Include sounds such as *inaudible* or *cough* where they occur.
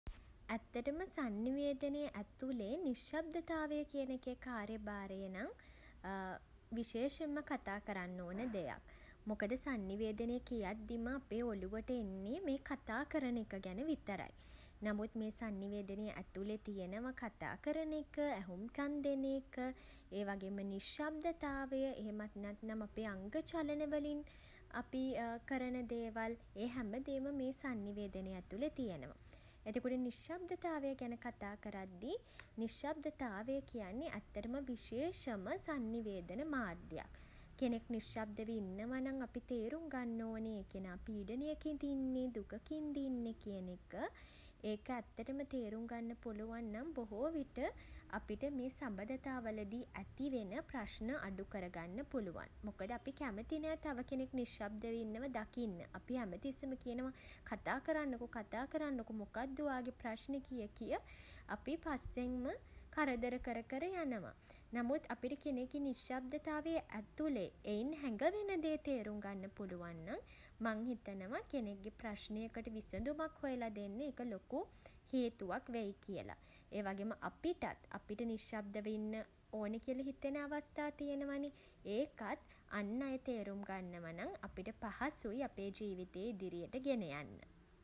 ඇත්තටම සන්නිවේදනය ඇතුළේ *hesitation* නිශ්ශබ්දතාවය කියන එකේ කාර්යභාරය *hesitation* නම් *hesitation* විශේෂයෙන්ම කතා කරන්න ඕන දෙයක්. මොකද සන්නිවේදනය කියද්දිම අපේ ඔලුවට එන්නේ *hesitation* මේ කතා කරන එක ගැන විතරයි. නමුත් මේ සන්නිවේදනය ඇතුලේ තියෙනවා මේ කතා කරන එක *hesitation* ඇහුම් කන් දෙන එක *hesitation* ඒ වගේම නිශ්ශබ්දතාවය. *hesitation* එහෙමත් නැත්නම් අපේ අංග චලන වලින් *hesitation* අපි *hesitation* කරන දේවල් *hesitation* ඒ හැමදේම මේ සන්නිවේදනය ඇතුලේ තියෙනවා. එතකොට නිශ්ශබ්දතාවය ගැන කතා කරද්දී *hesitation* නිශ්ශබ්දතාවය කියන්නෙ ඇත්තටම විශේෂම *hesitation* සන්නිවේදන මාධ්‍යයක්. කෙනෙක් නිශ්ශබ්දව ඉන්නවා නම් *hesitation* අපි තේරුම් ගන්න ඕනේ *hesitation* ඒ කෙනා පීඩනයකින්ද ඉන්නේ *hesitation* දුකකින්ද ඉන්නේ කියන එක. ඒක ඇත්තටම තේරුම් ගන්න පුළුවන් නම් බොහෝ විට *hesitation* අපිට මේ *hesitation* සබඳතා වලදී ඇතිවෙන ප්‍රශ්න *hesitation* අඩුකරගන්න පුළුවන්. මොකද අපි *hesitation* කැමති නෑ තව කෙනෙක් නිශ්ශබ්දව ඉන්නවා දකින්න. අපි හැම තිස්සෙම කියනවා *hesitation* කතා කරන්නකෝ *hesitation* කතා කරන්නකෝ *hesitation* මොකද්ද ඔයාගේ ප්‍රශ්නේ *hesitation* කිය කිය *hesitation* අපි පස්සෙන්ම *hesitation* කරදර කර කර යනවා. නමුත් අපිට කෙනෙක්ගේ නිශ්ශබ්දවය *hesitation* ඇතුළෙ *hesitation* එයින් හැඟවෙන දේ තේරුම් ගන්න පුළුවන් නම් *hesitation* මං හිතනවා *hesitation* කෙනෙක්ගේ ප්‍රශ්නයකට විසදුමක් හොයල දෙන්න ඒක ලොකු හේතුවක් වෙයි කියලා. ඒ වගේම අපිටත් *hesitation* නිශ්ශබ්දව ඉන්න ඕනේ කියල හිතෙන අවස්ථා තියෙනවනේ. ඒකත් *hesitation* අන් අය තේරුම් ගන්නවා නම් *hesitation* අපිට පහසුයි *hesitation* අපේ ජීවිතේ ඉදිරියට ගෙන යන්න.